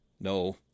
No